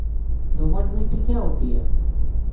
दोमट मिट्टी क्या होती हैं?